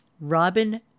Robin